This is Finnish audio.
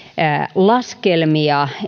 laskelmia